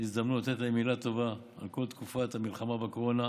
הזדמנות לתת להם מילה טובה על כל תקופת המלחמה בקורונה,